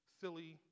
silly